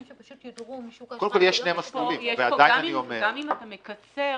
שפשוט יודרו משוק --- גם אם אתה מקצר,